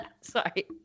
Sorry